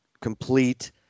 complete